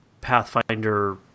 Pathfinder